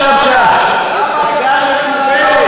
למה אתם חוזרים על הטעות הזאת?